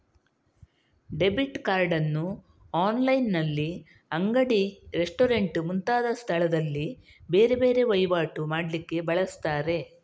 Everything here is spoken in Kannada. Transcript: ಡೆಬಿಟ್ ಕಾರ್ಡ್ ಅನ್ನು ಆನ್ಲೈನಿನಲ್ಲಿ, ಅಂಗಡಿ, ರೆಸ್ಟೋರೆಂಟ್ ಮುಂತಾದ ಸ್ಥಳದಲ್ಲಿ ಬೇರೆ ಬೇರೆ ವೈವಾಟು ಮಾಡ್ಲಿಕ್ಕೆ ಬಳಸ್ತಾರೆ